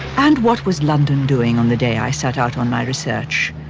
and what was london doing on the day i set out on my research?